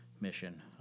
mission